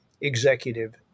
executive